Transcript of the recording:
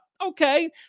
Okay